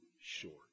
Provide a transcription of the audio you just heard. short